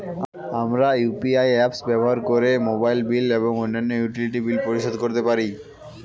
আমরা UPI apps ব্যবহার করে মোবাইল বিল এবং অন্যান্য ইউটিলিটি বিল পরিশোধ করতে পারি